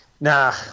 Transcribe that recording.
Nah